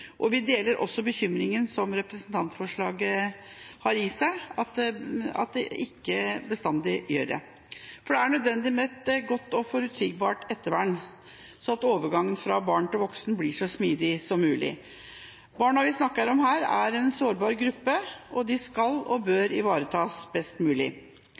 og vi deler også bekymringen som representantforslaget har i seg for at det ikke bestandig gjør det. For det er nødvendig med et godt og forutsigbart ettervern, slik at overgangen fra barn til voksen blir så smidig som mulig. Barna vi snakker om her, er en sårbar gruppe, og de skal og bør ivaretas best mulig.